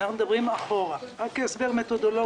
אנחנו מדברים אחורה, רק כהסבר מתודולוגי.